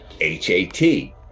H-A-T